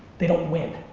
they don't win.